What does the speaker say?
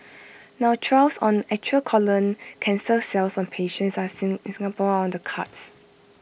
now trials on actual colon cancer cells from patients in Singapore are on the cards